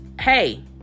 hey